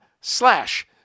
slash